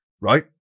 right